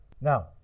Now